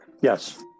yes